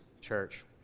church